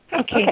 Okay